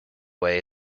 way